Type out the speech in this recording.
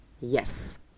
yes